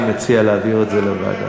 אני מציע להעביר את זה לוועדה.